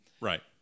Right